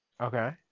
Okay